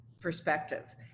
perspective